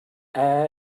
err